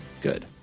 good